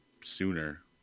sooner